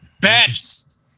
Bats